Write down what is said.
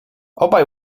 obaj